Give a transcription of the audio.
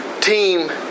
team